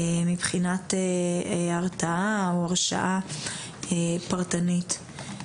מבחינת הרתעה או הרשאה פרטנית.